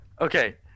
Okay